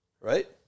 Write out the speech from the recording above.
Right